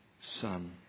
Son